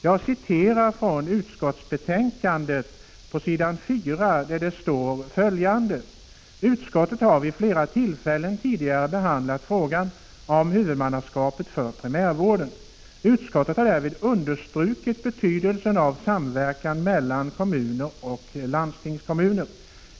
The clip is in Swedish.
Jag citerar från utskottsbetänkandet på s. 4, där det står följande: ”Utskottet har vid flera tillfällen tidigare behandlat frågan om huvudmannaskapet för primärvården. Utskottet har därvid understrukit betydelsen av samverkan mellan kommuner och landstingskommuner.